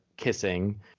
kissing